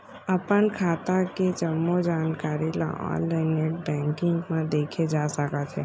अपन खाता के जम्मो जानकारी ल ऑनलाइन नेट बैंकिंग म देखे जा सकत हे